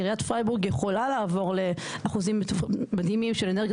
עיריית פרייבורג יכולה לעבור לאחוזים מדהימים של אנרגיות